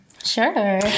Sure